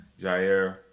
Jair